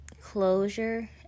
closure